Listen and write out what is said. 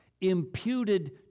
imputed